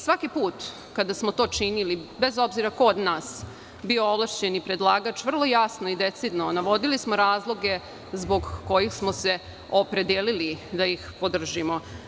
Svaki put kada smo to činili, bez obzira ko od nas bio ovlašćeni predlagač, vrlo jasno i decidno smo navodili razloge zbog kojih smo se opredelili da ih podržimo.